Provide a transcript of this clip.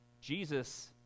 Jesus